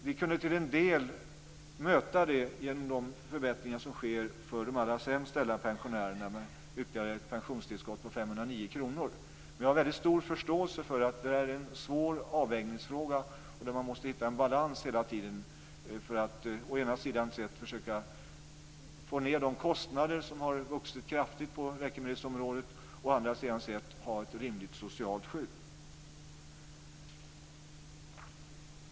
Till en del kunde vi möta det genom de förbättringar som sker för de allra sämst ställda pensionärerna genom ytterligare ett pensionstillskott på 509 kr. Jag har väldigt stor förståelse för att det är en svår avvägningsfråga där man måste hitta en balans hela tiden för att å ena sidan försöka få ned de kostnader som har vuxit kraftigt på läkemedelsområdet och å andra sidan ha ett rimligt socialt skydd.